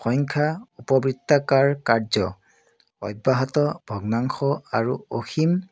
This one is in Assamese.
সংখ্যা উপবৃত্তাকাৰ কাৰ্য অব্যাহত ভগ্নাংশ আৰু অসীম